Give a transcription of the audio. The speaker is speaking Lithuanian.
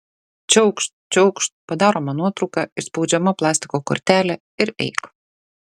čiaukšt čiaukšt padaroma nuotrauka išspaudžiama plastiko kortelė ir eik